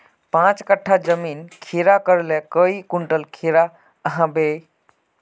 पाँच कट्ठा जमीन खीरा करले काई कुंटल खीरा हाँ बई?